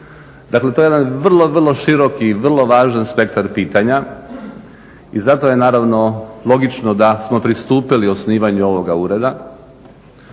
Dakle, to je jedan vrlo, vrlo široki i vrlo važan spektar pitanja i zato je naravno logično da smo pristupili osnivanju ovoga ureda.